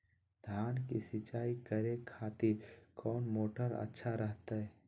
धान की सिंचाई करे खातिर कौन मोटर अच्छा रहतय?